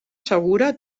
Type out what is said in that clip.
segura